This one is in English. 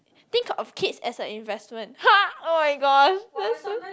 think of kids as a investment oh my gosh that's so